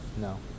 No